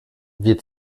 wir